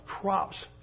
crops